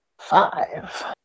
Five